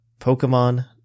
Pokemon